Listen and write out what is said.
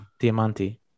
Diamante